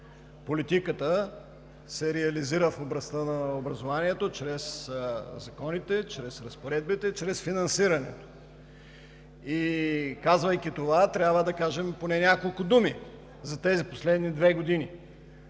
Политиката се реализира в областта на образованието чрез законите, чрез разпоредбите, чрез финансирането. Казвайки това, трябва да кажем поне няколко думи за тези последни две години,